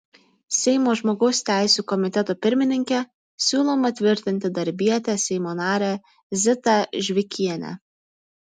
seimo žmogaus teisių komiteto pirmininke siūloma tvirtinti darbietę seimo narę zitą žvikienę